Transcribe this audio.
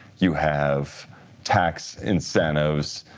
you have tax incentives,